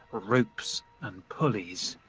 ropes and pulleys.